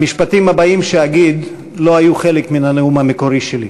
המשפטים הבאים שאגיד אינם חלק מן הנאום המקורי שלי,